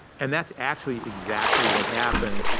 and that's actually exactly what happened,